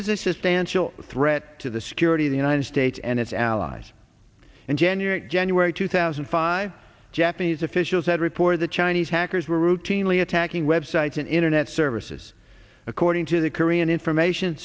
anshul threat to the security of the united states and its allies in january january two thousand and five japanese officials had reported the chinese hackers were routinely attacking web sites and internet services according to the korean information